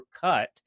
cut